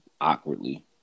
awkwardly